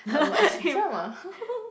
I watch drama